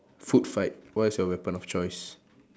food fight what is your weapon of choice